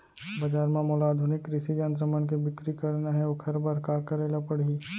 बजार म मोला आधुनिक कृषि यंत्र मन के बिक्री करना हे ओखर बर का करे ल पड़ही?